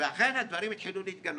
ואכן הדברים התחילו להתגלות.